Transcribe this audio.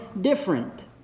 different